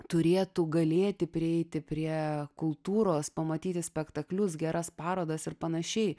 turėtų galėti prieiti prie kultūros pamatyti spektaklius geras parodas ir panašiai